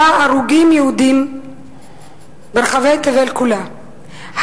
שעורגים אליה יהודים ברחבי תבל כולה,